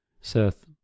Seth